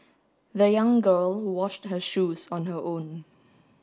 the young girl washed her shoes on her own